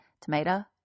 Tomato